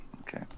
okay